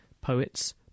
poets